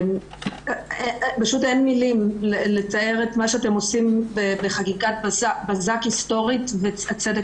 פשוט אין מילים לתאר את מה שאתם עושים בחקיקת בזק היסטורית והצדק